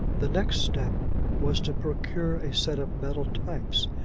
the next step was to procure a set of metal types,